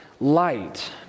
light